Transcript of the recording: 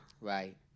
Right